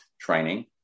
training